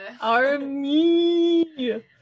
army